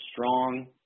strong